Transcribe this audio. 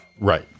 Right